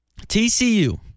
TCU